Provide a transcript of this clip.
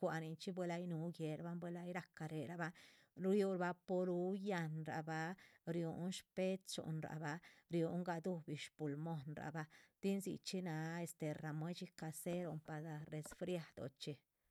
cuaninchi hay nu gueban buel ay raca reraban riu vaporu yanraba, riun sxpechunraba,. riun gadubi sxpulmonraba, tin dzihcxí náha este ramuexi caseron para resfriadochxí.